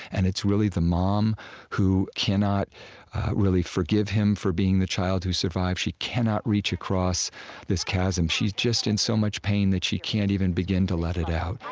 and it's really the mom who cannot really forgive him for being the child who survived. she cannot reach across this chasm. she's just in so much pain that she can't even begin to let it out.